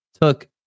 took